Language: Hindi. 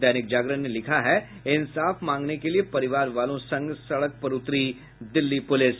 दैनिक जागरण ने लिखा है इंसाफ मांगने के लिए परिवार वालों संग सड़क पर उतरी दिल्ली पुलिस